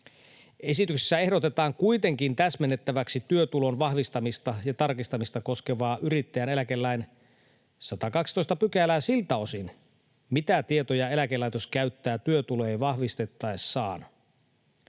Esityksessä ehdotetaan kuitenkin täsmennettäväksi työtulon vahvistamista ja tarkistamista koskevaa yrittäjän eläkelain 112 §:ää siltä osin, mitä tietoja eläkelaitos käyttää työtuloja vahvistaessaan.